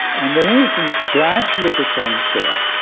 and the reason gradually became clear,